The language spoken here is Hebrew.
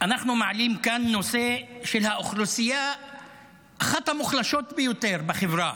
אנחנו מעלים כאן נושא של אחת האוכלוסיות המוחלשות ביותר בחברה: